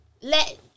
let